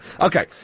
Okay